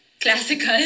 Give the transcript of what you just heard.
Classical